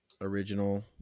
original